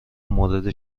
مورد